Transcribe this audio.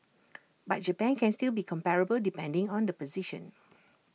but Japan can still be comparable depending on the position